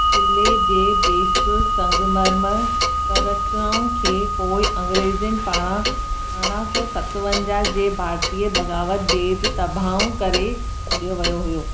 किले जे बेशितरु संगमरमर संरचनाउनि खे पोइ अंग्रेज़नि पारां अरड़हं सो सतवंजाह जे भारतीय बग़ावत बैदि तबाहु करे छडि॒यो वियो हो